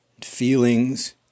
feelings